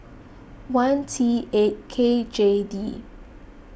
one T eight K J D